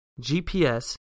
GPS